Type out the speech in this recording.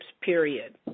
period